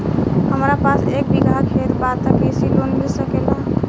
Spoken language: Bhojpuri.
हमरा पास एक बिगहा खेत बा त कृषि लोन मिल सकेला?